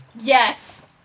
Yes